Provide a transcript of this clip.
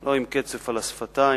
לא מכירים בהן.